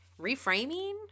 reframing